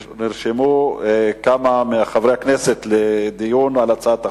נרשמו כמה חברי כנסת לדיון על הצעת החוק.